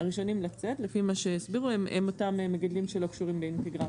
הראשונים לצאת לפי מה שהסבירו הם אותם מגדלים שלא קשורים לאינטגרציות.